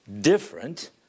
different